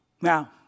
Now